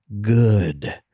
good